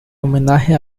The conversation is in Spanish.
homenaje